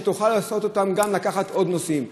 שתוכל לעזור להן לקחת עוד נוסעים.